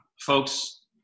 folks